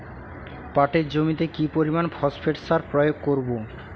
পাটের জমিতে কি পরিমান ফসফেট সার প্রয়োগ করব?